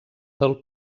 del